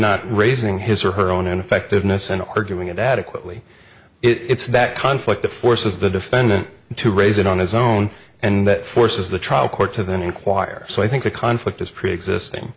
not raising his or her own ineffectiveness in arguing it adequately it's that conflict that forces the defendant to raise it on his own and that forces the trial court to then inquire so i think the conflict is preexisting